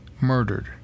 murdered